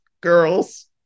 Girls